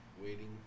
waiting